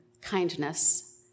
kindness